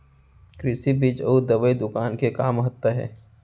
कृषि बीज अउ दवई दुकान के का महत्ता हे?